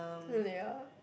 no they are